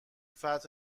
فتح